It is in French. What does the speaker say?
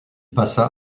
passa